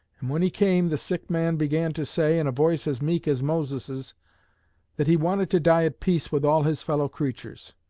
and when he came the sick man began to say, in a voice as meek as moses', that he wanted to die at peace with all his fellow-creatures,